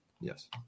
Yes